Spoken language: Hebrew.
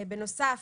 בנוסף,